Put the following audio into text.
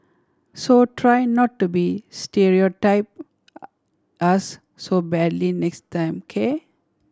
so try not to be stereotype us so badly next time K